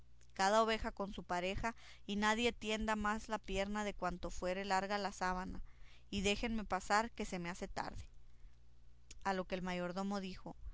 cada oveja con su pareja y nadie tienda más la pierna de cuanto fuere larga la sábana y déjenme pasar que se me hace tarde a lo que el mayordomo dijo